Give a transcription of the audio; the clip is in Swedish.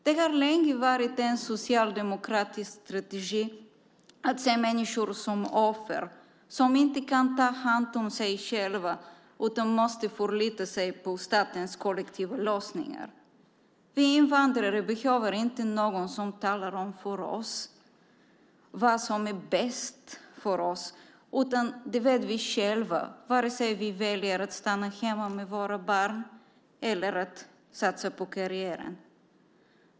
Det har länge varit en socialdemokratisk strategi att se människor som offer som inte kan ta hand om sig själva utan som måste förlita sig på statens kollektiva lösningar. Vi invandrare behöver inte någon som talar om för oss vad som är bäst för oss, utan det vet vi själva vare sig vi väljer att stanna hemma med våra barn eller vi väljer att satsa på karriären.